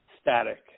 static